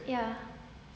ya